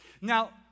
Now